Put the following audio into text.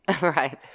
Right